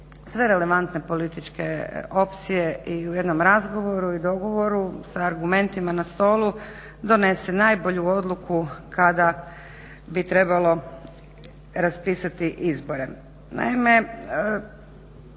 sve relevantne političke opcije i u jednom razgovoru i dogovoru s argumentima na stolu donese najbolju odluku kada bi trebalo raspisati izbore.